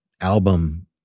album